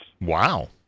Wow